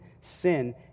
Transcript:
sin